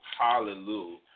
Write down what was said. Hallelujah